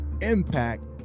impact